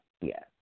yes